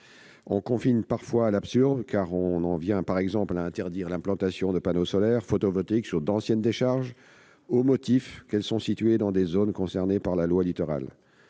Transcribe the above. On confine parfois à l'absurde, car on en vient par exemple à interdire l'implantation de panneaux solaires photovoltaïques sur d'anciennes décharges, au motif qu'elles sont situées dans des zones concernées par la loi Littoral.